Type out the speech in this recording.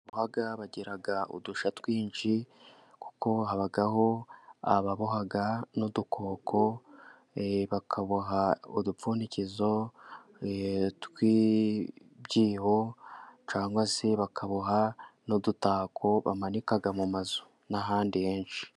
Ababoha bagiraga udusha twinshi kuko habaho ababoha n'udukoko, bakaboha udupfundikizo tw'byiho cyangwa se bakaboha n'udutako bamanika mu mazu n'ahandi henshi.